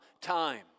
time